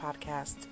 podcast